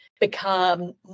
become